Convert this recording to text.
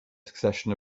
succession